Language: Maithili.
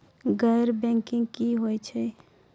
गैर बैंकिंग की होय छै?